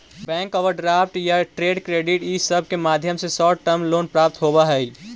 bank overdraft या trade credit इ सब के माध्यम से शॉर्ट टर्म लोन प्राप्त होवऽ हई